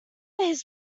his